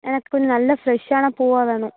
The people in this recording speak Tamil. எனக்கு கொஞ்சம் நல்ல ஃப்ரெஷ்ஷான பூவாக வேணும்